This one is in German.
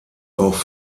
auch